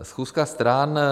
Schůzka stran.